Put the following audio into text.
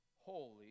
holy